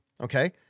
okay